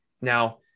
Now